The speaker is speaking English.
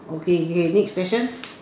okay okay next question